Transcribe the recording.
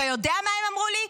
אתה יודע מה הם אמרו לי?